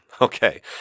Okay